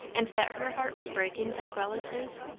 and that her heart was breaking as well as his?